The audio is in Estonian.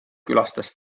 külastas